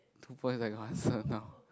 two points I got answer now